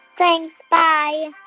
thanks. bye